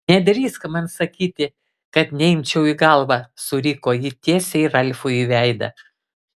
nedrįsk man sakyti kad neimčiau į galvą suriko ji tiesiai ralfui į veidą